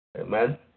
Amen